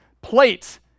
plates